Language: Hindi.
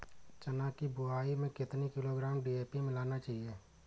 चना की बुवाई में कितनी किलोग्राम डी.ए.पी मिलाना चाहिए?